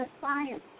science